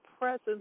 presence